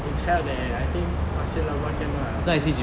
is held at I think pasir laba camp lah